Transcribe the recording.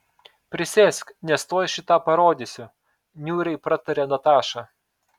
prisėsk nes tuoj šį tą parodysiu niūriai pratarė nataša